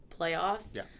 playoffs